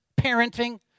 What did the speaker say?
parenting